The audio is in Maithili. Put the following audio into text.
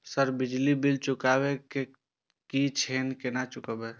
सर बिजली बील चुकाबे की छे केना चुकेबे?